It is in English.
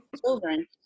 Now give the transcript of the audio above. children